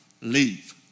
leave